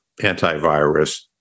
antivirus